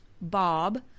Bob